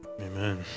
Amen